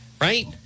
Right